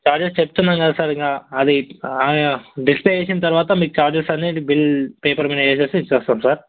charges చెప్తున్నాం కదా sir ఇక అది డిస్ప్లే వేసిన తర్వాత మీకు చార్జెస్ అనేది బిల్ పేపర్ మీద వేసేసి ఇచ్చేస్తాం సార్